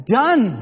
done